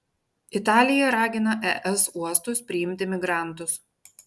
italija ragina es uostus priimti migrantus